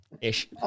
ish